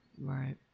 Right